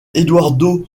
eduardo